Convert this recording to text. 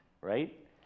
right